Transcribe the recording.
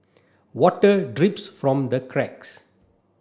water drips from the cracks